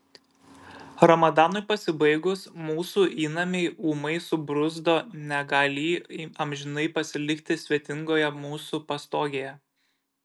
ramadanui pasibaigus mūsų įnamiai ūmai subruzdo negalį amžinai pasilikti svetingoje mūsų pastogėje